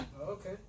Okay